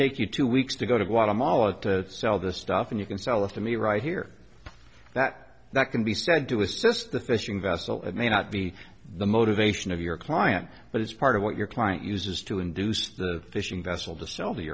take you two weeks to go to guatemala to sell the stuff and you can sell it to me right here that that can be said to assist the fishing vessel it may not be the motivation of your client but it's part of what your client uses to induce the fishing vessel to sell